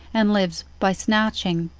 and lives by snatching.